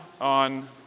on